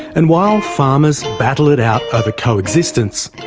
and while farmers battle it out over co-existence,